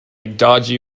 dodgy